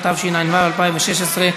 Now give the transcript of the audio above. התשע"ו 2016,